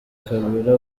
kabila